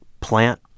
Plant